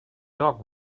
dog